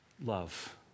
love